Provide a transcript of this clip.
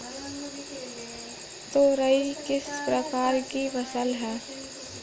तोरई किस प्रकार की फसल है?